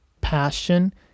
passion